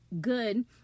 good